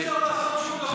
מה זה ככה?